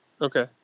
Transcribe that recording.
Okay